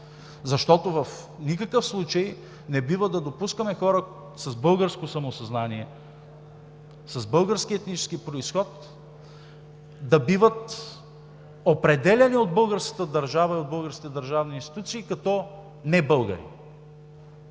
Защото в никакъв случай не бива да допускаме хора с българско самосъзнание, с български етнически произход да биват определяни от българската държава и от българските държавни институции като не-българи.